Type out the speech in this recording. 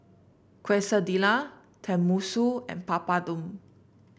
Quesadilla Tenmusu and Papadum